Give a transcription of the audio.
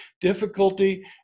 Difficulty